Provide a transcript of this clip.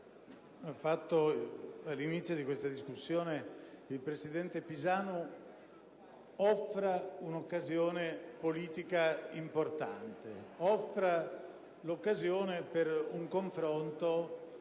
all'inizio di questa discussione dal presidente Pisanu offra un'occasione politica importante: l'occasione per un confronto